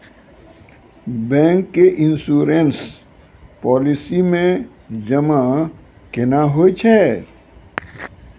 Bank के insurance policy मे जमा केना होय छै?